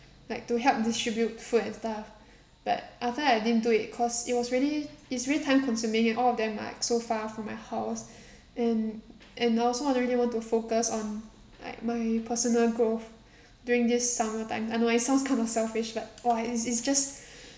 like to help distribute food and stuff like after that I didn't do it cause it was really it's really time consuming and all of them might so far from my house and and I also want to really want to focus on like my personal growth during this summer time I know it might sounds kind of selfish but !wah! it's it's just